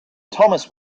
thomas